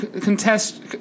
contest